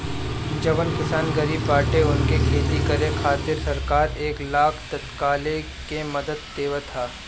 जवन किसान गरीब बाटे उनके खेती करे खातिर सरकार एक लाख तकले के मदद देवत ह